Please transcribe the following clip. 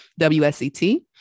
WSCT